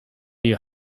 you